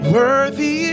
worthy